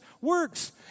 works